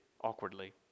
awkwardly